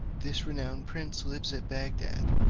this renowned prince lives at bagdad,